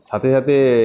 সাথে সাথে